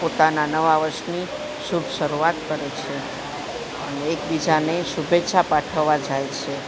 પોતાના નવા વર્ષની શુભ શરૂઆત કરે છે અને એકબીજાને શુભેચ્છા પાઠવવા જાય છે